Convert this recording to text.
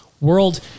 world